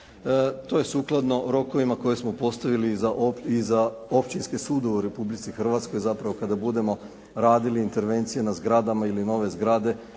To je sukladno rokovima koje smo postavili i za općinske sudove u Republici Hrvatskoj zapravo kada budemo radili intervencije na zgradama ili nove zgrade